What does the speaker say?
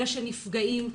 שנפגעים מינית,